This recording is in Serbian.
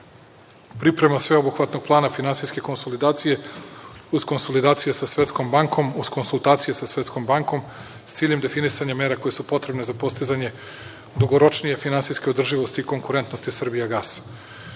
priprema sveobuhvatnog plana finansijske konsolidacije uz konsolidacije sa Svetskom bankom, s ciljem definisanja mera koje su potrebne za postizanje dugoročnije finansijske održivosti i konkurentnosti „Srbijagasa“.Ono